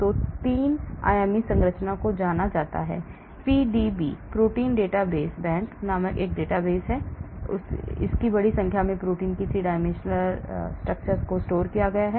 3 आयामी संरचना को जाना जाता है PDB प्रोटीन डेटा बैंक नामक डेटाबेस होता है इसमें बड़ी संख्या में प्रोटीन की 3 dimensional होती है